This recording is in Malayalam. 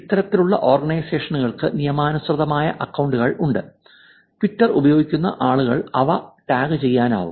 ഇത്തരത്തിലുള്ള ഓർഗനൈസേഷനുകൾക്ക് നിയമാനുസൃതമായ അക്കൌണ്ടുകളുണ്ട് ട്വിറ്റർ ഉപയോഗിക്കുന്ന ആളുകൾക്ക് അവ ടാഗുചെയ്യാനാകും